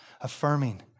affirming